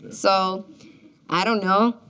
so i don't know.